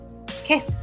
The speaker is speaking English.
okay